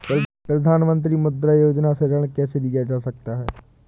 प्रधानमंत्री मुद्रा योजना से ऋण कैसे लिया जा सकता है?